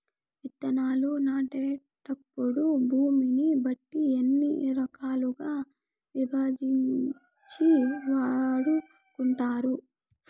విత్తనాలు నాటేటప్పుడు భూమిని బట్టి ఎన్ని రకాలుగా విభజించి వాడుకుంటారు?